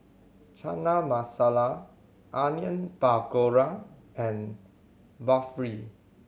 Chana Masala Onion Pakora and Barfi